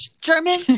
German